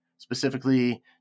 specifically